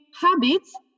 habits